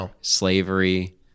slavery